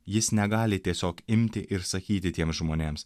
jis negali tiesiog imti ir sakyti tiems žmonėms